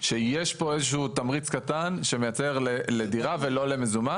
שיש פה איזשהו תמריץ קטן שמייצר לדירה ולא למזומן.